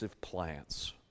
plants